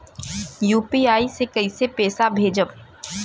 UPI से कईसे पैसा भेजब?